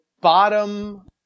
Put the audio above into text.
bottom